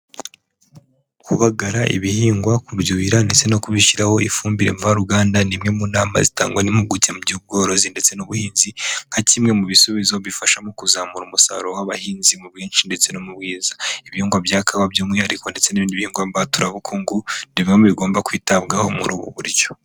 Kubagara ibihingwa kubyuhira ndetse no kubishyiraho ifumbire mvaruganda, ni imwe mu nama zitangwa n'impuguke mu by'ubworozi ndetse n'ubuhinzi, nka kimwe mu bisubizo bifasha mu kuzamura umusaruro w'abahinzi mu bwinshi ndetse no mu bwiza. Ibihingwa bya kawa by'umwihariko ndetse n'ibindi bihingwa mbaturabukungu, ni bimwe mu bigomba kwitabwaho muri ubu buryo.